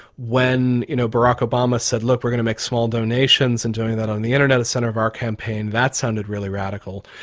when you know barack obama said, look, we're going to make small donations and doing that on the internet as a centre of our campaign, that sounded really radical.